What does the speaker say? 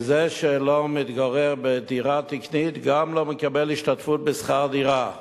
כי זה שלא מתגורר בדירה תקנית גם לא מקבל השתתפות בשכר דירה,